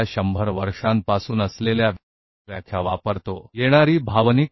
emotional cognition अलग अलग हो सकता है लेकिन परिभाषा समान है